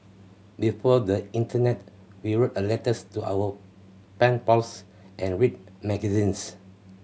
before the internet we wrote a letters to our pen pals and read magazines